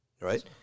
right